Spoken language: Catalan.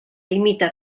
imita